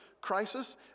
crisis